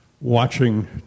watching